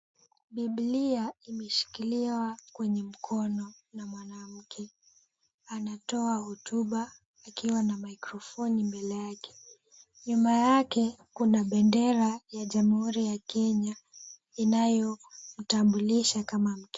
Biblia imeshikiliwa kwenye mkono na mwanamke. Anatoa hotuba akiwa na mikrofoni mbele yake. Nyuma yake kuna bendera ya jamhuri ya Kenya inayomtambulisha kama mkenya.